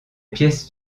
pièces